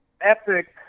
epic